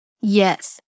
Yes